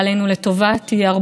מאשר השנה הקודמת.